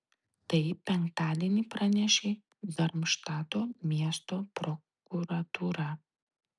tai penktadienį pranešė darmštato miesto prokuratūra